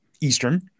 Eastern